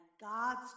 God's